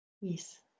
Yes